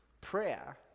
Prayer